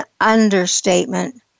understatement